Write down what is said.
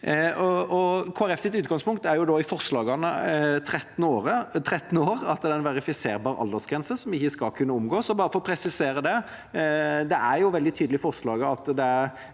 utgangspunkt er i forslagene at 13 år skal være en verifiserbar aldersgrense som ikke skal kunne omgås. Bare for å presisere det: Det er veldig tydelig i forslaget